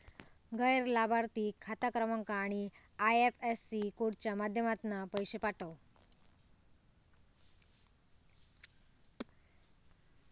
गैर लाभार्थिक खाता क्रमांक आणि आय.एफ.एस.सी कोडच्या माध्यमातना पैशे पाठव